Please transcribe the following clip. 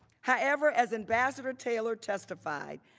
however, as investor taylor testified,